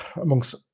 amongst